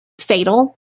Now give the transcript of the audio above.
fatal